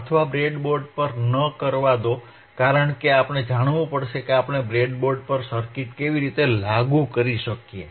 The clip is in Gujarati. અથવા બ્રેડબોર્ડ પર ન કરવા દો કારણ કે આપણે જાણવું પડશે કે આપણે બ્રેડબોર્ડ પર સર્કિટ કેવી રીતે લાગુ કરી શકીએ